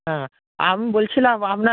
হ্যাঁ আমি বলছিলাম আপ